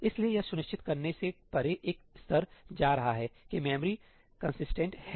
इसलिए यह सुनिश्चित करने से परे एक स्तर जा रहा है कि मेमोरीकंसिस्टेंट हैं